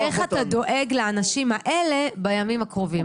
-- איך אתה דואג לאנשים האלה בימים הקרובים.